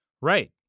Right